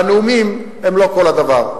והנאומים הם לא כל הדבר.